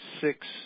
six